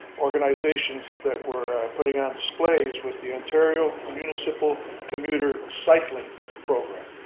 organizations that were putting on displays, was the ontario municipal commuter cycling program.